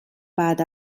بعد